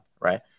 right